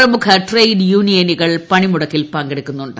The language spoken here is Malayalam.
പ്രമുഖ ട്രേഡ് യൂണിയനുകൾ പണിമുടക്കിൽ പങ്കെടുക്കുന്നുണ്ട്